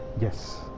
Yes